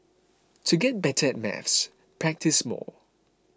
to get better at maths practise more